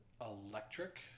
electric